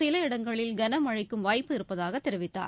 சில இடங்களில் கனமழைக்கும் வாய்ப்பு இருப்பதாக தெரிவித்தார்